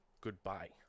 Goodbye